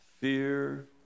fear